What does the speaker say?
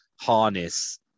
harness